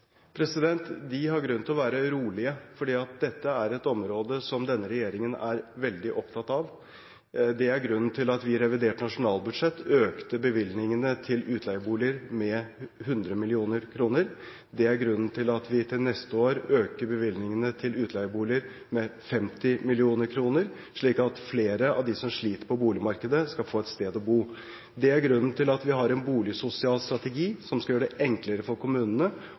De har grunn til å være rolige, for dette er et område som denne regjeringen er veldig opptatt av. Det er grunnen til at vi i revidert nasjonalbudsjett økte bevilgningene til utleieboliger med 100 mill. kr, og det er grunnen til at vi til neste år øker bevilgningene til utleieboliger med 50 mill. kr, slik at flere av dem som sliter på boligmarkedet, skal få et sted å bo. Det er grunnen til at vi har en boligsosial strategi som skal gjøre det enklere for kommunene